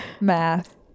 Math